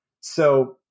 So-